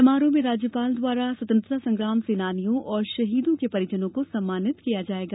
समारोह में राज्यपाल द्वारा स्वतंत्रता संग्राम सेनानियों और शहीदों के परिजनों को सम्मानित किया जायेगा